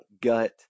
gut